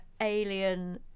alien